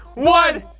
one.